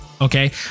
okay